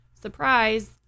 Surprise